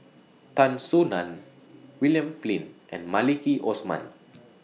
Tan Soo NAN William Flint and Maliki Osman